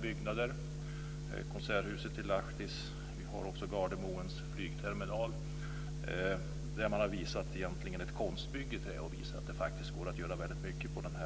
Så är fallet med konserthuset i Lahtis och med Gardermoens flygterminal, där man genomfört ett konstbygge i trä och visat att det går att göra väldigt mycket på den